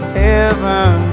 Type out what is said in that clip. heaven